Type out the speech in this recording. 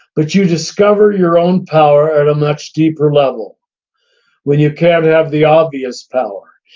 but you discover your own power at a much deeper level when you can't have the obvious power.